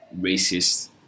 racist